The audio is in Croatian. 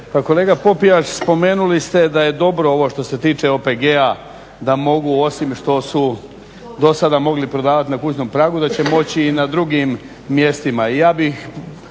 kolega Popijač spomenuli ste da je dobro ovo što se tiče OPG-a da mogu osim što su do sada mogli prodavati na kućnom pragu, da će moći i na drugim mjestima.